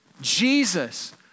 Jesus